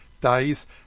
Days